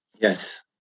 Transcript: Yes